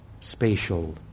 Spatial